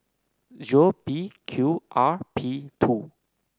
B Q R P two